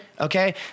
Okay